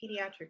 pediatric